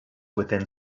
within